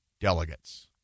delegates